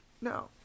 No